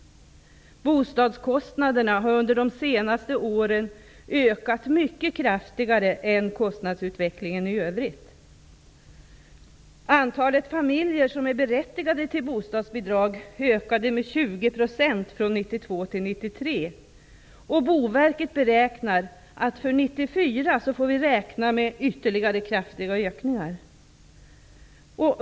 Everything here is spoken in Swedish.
Bostadskostnaderna har under de senaste åren ökat mycket kraftigare än kostnaderna i övrigt. Boverket beräknar att vi för 1994 får räkna med ytterligare kraftiga ökningar.